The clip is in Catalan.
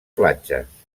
platges